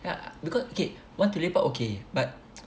ya because K want to lepak okay but